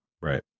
Right